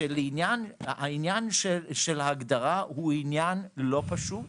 שעניין ההגדרה הוא עניין לא פשוט,